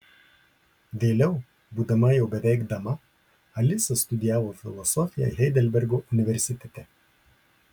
vėliau būdama jau beveik dama alisa studijavo filosofiją heidelbergo universitete